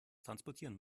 transportieren